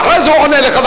ואחרי זה הוא עונה לך,